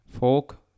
folk